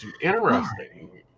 Interesting